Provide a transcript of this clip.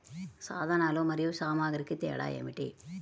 సాధనాలు మరియు సామాగ్రికి తేడా ఏమిటి?